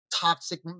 toxic